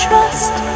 Trust